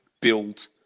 build